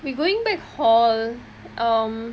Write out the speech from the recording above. we going back hall um